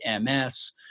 MS